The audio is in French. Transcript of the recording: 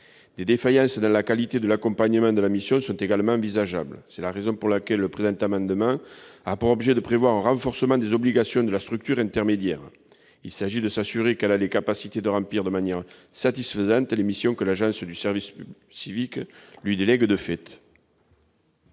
Des défaillances dans la qualité de l'accompagnement de la mission sont également envisageables. C'est la raison pour laquelle le présent amendement a pour objet de prévoir un renforcement des obligations de la structure intermédiaire. Il s'agit de s'assurer qu'elle a les capacités de remplir, de manière satisfaisante, les missions que l'Agence du service civique lui délègue de fait.